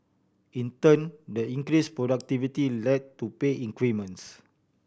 in turn the increase productivity led to pay increments